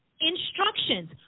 instructions